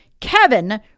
Kevin